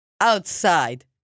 outside